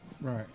Right